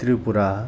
Tripura